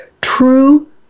true